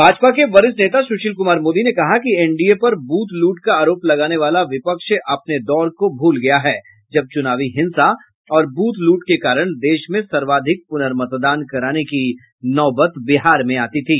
भाजपा के वरिष्ठ नेता सुशील कुमार मोदी ने कहा कि एनडीए पर बूथ लूट का आरोप लगाने वाला विपक्ष अपने दौर को भूल गया है जब चुनावी हिंसा और बूथ लूट के कारण देश में सर्वाधिक पुनर्मतदान कराने की नौबत बिहार में आती थी